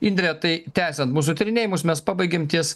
indre tai tęsiant mūsų tyrinėjimus mes pabaigėm ties